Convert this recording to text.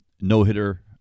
no-hitter